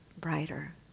brighter